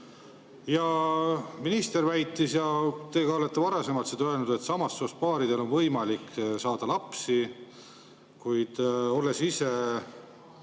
Ja minister väitis ja teie ka olete varasemalt seda öelnud, et samast soost paaridel on võimalik saada lapsi. Kuid olles